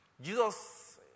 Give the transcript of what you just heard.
Jesus